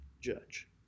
judge